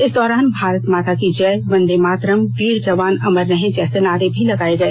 इस दौरान भारत माता की जय वंदे मातरम वीर जवान अमर रहे जैसे नारे भी लगाए गए